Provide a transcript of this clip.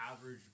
average